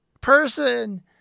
person